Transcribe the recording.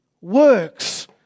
works